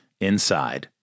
inside